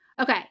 Okay